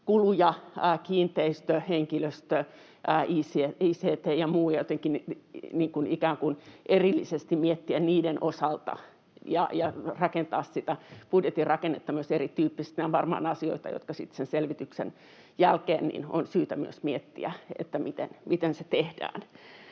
kuluja, kiinteistö-, henkilöstö-, ict- ja muita kuluja, ja jotenkin ikään kuin erillisesti miettiä niiden osalta ja rakentaa sitä budjetin rakennetta myös erityyppisesti, on varmaan asia, joka sitten sen selvityksen jälkeen on syytä myös miettiä, miten se tehdään.